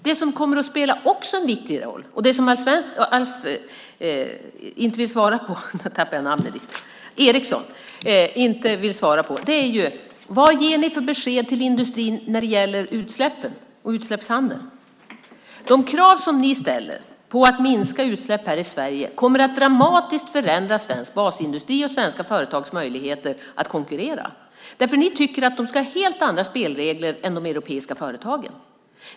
Det som också kommer att spela en viktig roll och som Alf Eriksson inte vill svara på är: Vad ger ni för besked till industrin när det gäller utsläppen och utsläppshandeln? De krav ni ställer på att minska utsläpp här i Sverige kommer dramatiskt att förändra svensk basindustris och svenska företags möjlighet att konkurrera. Ni tycker att de ska ha helt andra spelregler än de europeiska företagen.